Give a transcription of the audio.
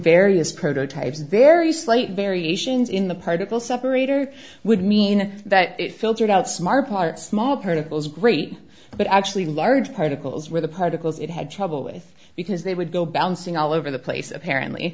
prototypes very slight variations in the particle separator would mean that it filtered out some are part small particles great but actually large particles were the particles it had trouble with because they would go balancing all over the place apparently